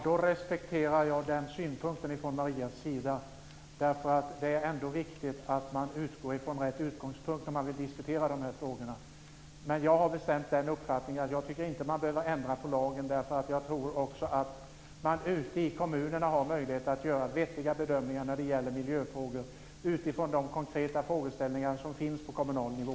Herr talman! Då respekterar jag Marias synpunkt. Det är viktigt att man har rätt utgångspunkt när man diskuterar dessa frågor. Men jag är av den bestämda uppfattningen att jag inte tycker att man behöver ändra på lagen. Jag tror att man ute i kommunerna har möjlighet att göra vettiga bedömningar i miljöfrågor utifrån de konkreta frågeställningar som finns på kommunal nivå.